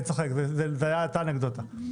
זו הייתה אנקדוטה,